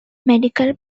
medical